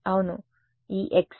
విద్యార్థి ఎందుకంటే argmin